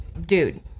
dude